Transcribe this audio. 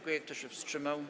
Kto się wstrzymał?